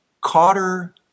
Cotter